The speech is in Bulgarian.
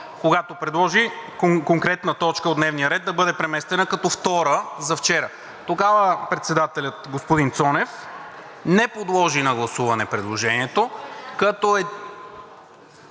когато предложи конкретна точка от дневния ред да бъде преместена като втора за вчера. Тогава председателят – господин Цонев, не подложи на гласуване предложението, като един